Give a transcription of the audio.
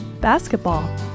basketball